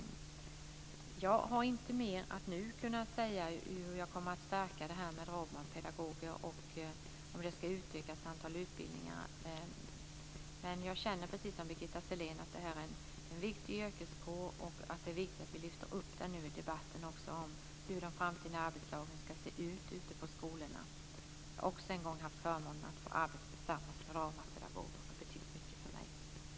Jag har inte mer att nu säga om hur jag kommer att stärka dramapedagogutbildningar och om antalet utbildningar ska utökas. Men jag känner precis som Birgitta Sellén att det här är en viktig yrkeskår och att det är viktigt att vi lyfter upp i debatten hur de framtida arbetslagen ska se ut ute på skolorna. Jag har också en gång haft förmånen att få arbeta tillsammans med dramapedagoger, och det har betytt mycket för mig.